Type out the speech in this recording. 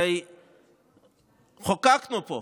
הרי חוקקנו פה